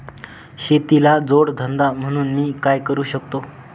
शेतीला जोड धंदा म्हणून मी काय करु शकतो?